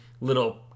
little